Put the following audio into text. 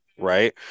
right